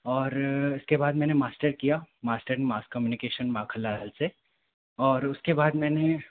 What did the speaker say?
और उसके बाद मैंने मास्टर किया master in mass communication Makhan Lal से और उसके बाद मैंने